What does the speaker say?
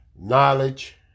knowledge